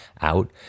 out